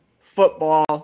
football